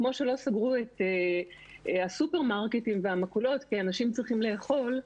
כמו שלא סגרו את הסופרמרקטים והמכולות כי אנשים צריכים לאכול,